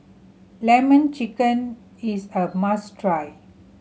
Lemon Chicken is a must try